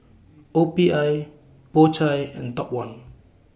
O P I Po Chai and Top one